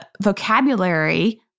vocabulary